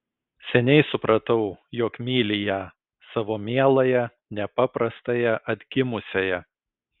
seniai supratau jog myli ją savo mieląją nepaprastąją atgimusiąją